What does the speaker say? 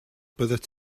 byddet